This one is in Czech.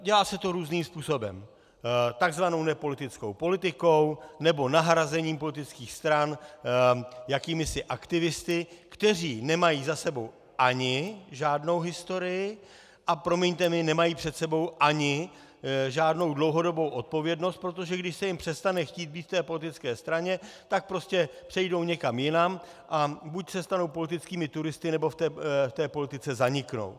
A dělá se to různým způsobem takzvanou nepolitickou politikou nebo nahrazením politických stran jakýmisi aktivisty, kteří nemají za sebou ani žádnou historii, a promiňte mi, nemají před sebou ani žádnou dlouhodobou odpovědnost, protože když se jim přestane chtít být v té politické straně, tak prostě přejdou někam jinam a buď se stanou politickými turisty, nebo v politice zaniknou.